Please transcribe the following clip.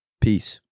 Peace